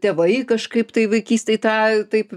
tėvai kažkaip tai vaikystėj tą taip